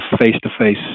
face-to-face